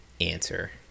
answer